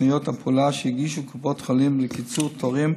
תוכניות הפעולה שהגישו קופות החולים לקיצור תורים